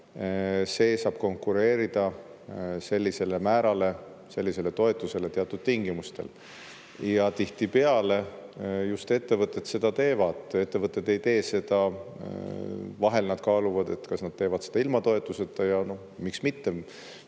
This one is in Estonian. see saab konkureerida sellisele määrale, sellisele toetusele teatud tingimustel. Ja tihtipeale just ettevõtted seda teevad. Ettevõtted ei tee seda ... Vahel nad kaaluvad, kas nad teevad seda ilma toetuseta – ja no miks mitte.